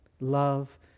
love